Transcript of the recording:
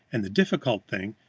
and the difficult thing,